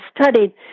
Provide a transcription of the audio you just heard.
studied